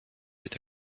with